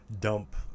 dump